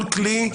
כל כלי,